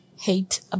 hate